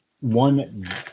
one